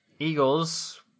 Eagles